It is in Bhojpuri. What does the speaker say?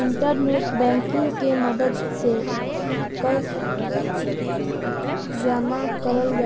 इंटरनेट बैंकिंग के मदद से कर जमा करल